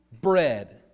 bread